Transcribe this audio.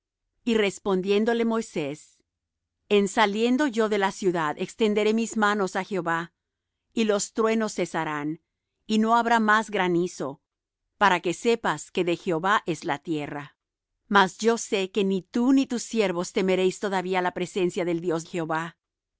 y respondióle moisés en saliendo yo de la ciudad extenderé mis manos á jehová y los truenos cesarán y no habrá más granizo para que sepas que de jehová es la tierra mas yo sé que ni tú ni tus siervos temeréis todavía la presencia del dios jehová el